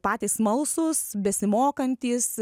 patys smalsūs besimokantys